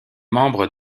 membres